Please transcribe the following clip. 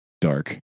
dark